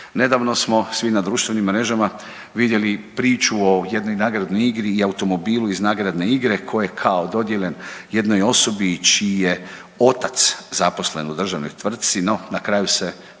Nedavno smo svi na društvenim mrežama vidjeli priču o jednoj nagradnoj igri i o automobilu iz nagradne igre koji je kao dodijeljen jednoj osobi čiji je otac zaposlen u državnoj tvrtci, no na kraju se